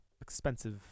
expensive